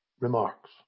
remarks